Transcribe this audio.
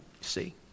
see